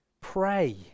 Pray